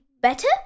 better